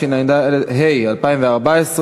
התשע"ה 2014,